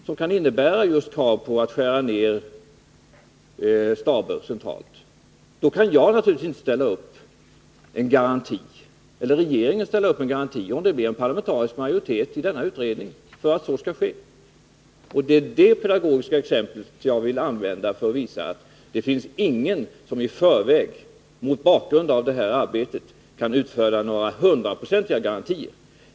Det kan komma att innebära krav på att skära ner staber och andra organ centralt. Jag och regeringen kan naturligtvis inte ställa någon garanti, om det blir en parlamentarisk majoritet i denna utredning, för att så skall ske. Det är det pedagogiska exemplet jag vill använda för att visa att det inte finns någon som mot bakgrunden av det här arbetet i förväg kan utfärda några hundraprocentiga garantier.